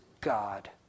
God